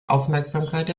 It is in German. aufmerksamkeit